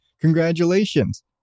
Congratulations